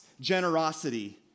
generosity